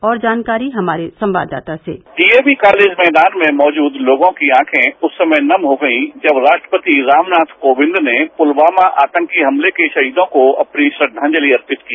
और जानकारी हमारे संवाददाता से डीएवी कॉलेज मैदान में मौजूद लोगों की आंखे उस समय नम हो गई जब राष्ट्रपति रामनाथ कोविंद ने पूलवामा आतंकी हमले के शहीदों को अपनी श्रद्वाजलि अर्पित की